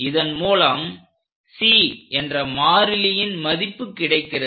இதன் மூலம் C என்ற மாறிலியின் மதிப்பு கிடைக்கிறது